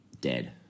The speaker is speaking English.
dead